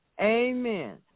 Amen